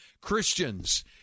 Christians